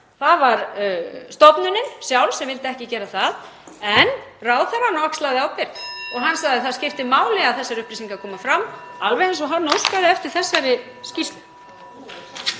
það var stofnunin sjálf sem vildi ekki gera það. En ráðherrann axlaði ábyrgð og hann sagði: Það skiptir máli að þessar upplýsingar komi fram — alveg eins og hann óskaði eftir þessari skýrslu.